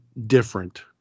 different